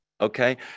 Okay